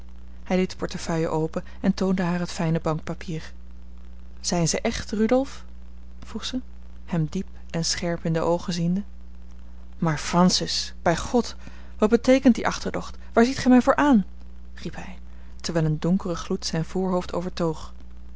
hij deed de portefeuille open en toonde haar het fijne bankpapier zijn ze echt rudolf vroeg zij hem diep en scherp in de oogen ziende maar francis bij god wat beteekent die achterdocht waar ziet gij mij voor aan riep hij terwijl een donkere gloed zijn voorhoofd